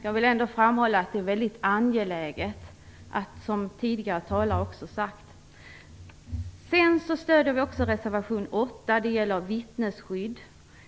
Jag vill framhålla att detta är angeläget, som också tidigare talare har sagt. Vi stöder även reservation 8 om vittnesskydd.